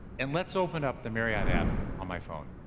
and let's open up the marriott app on my phone.